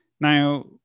Now